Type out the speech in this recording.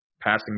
passing